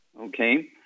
okay